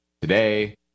today